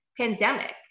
pandemic